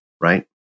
right